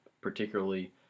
particularly